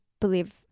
believe